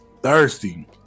Thirsty